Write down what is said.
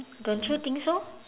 don't you think so